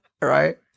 right